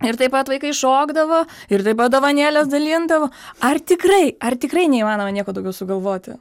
ir taip pat vaikai šokdavo ir taip pat dovanėles dalindavo ar tikrai ar tikrai neįmanoma nieko daugiau sugalvoti